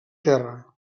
terra